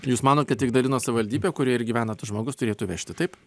jūs manot kad ignalinos savivaldybė kurioje ir gyvena tas žmogus turėtų vežti taip